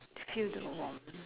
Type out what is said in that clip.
feel the warm